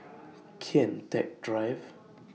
Kian Teck Drive